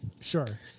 Sure